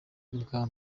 ubwa